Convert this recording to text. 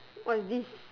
what is this